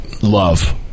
love